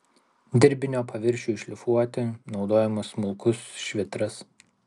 dirbinio paviršiui šlifuoti naudojamas smulkus švitras